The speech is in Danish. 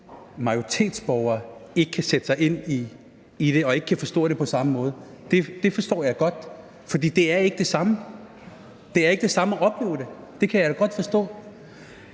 majoritetsborger ikke kan sætte sig ind i det og ikke kan forstå det på samme måde. Det forstår jeg godt, for det er ikke det samme. Det er ikke det samme at opleve det. Men jeg bliver også